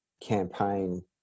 campaign